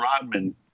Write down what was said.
Rodman